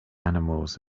animals